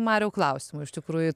mariau klausimų iš tikrųjų